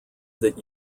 that